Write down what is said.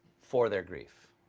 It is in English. for their grief?